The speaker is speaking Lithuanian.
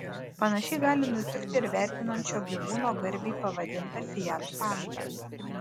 panašiai gali nutikti ir vertinant šio gyvūno garbei pavadintą fiat pandą